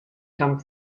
come